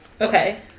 Okay